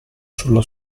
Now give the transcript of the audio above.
sulla